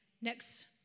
Next